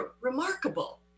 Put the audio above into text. remarkable